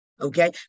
Okay